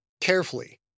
carefully